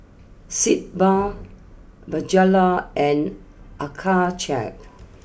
Sitz Bath Bonjela and Accucheck